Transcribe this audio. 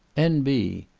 n b.